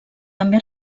també